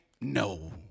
No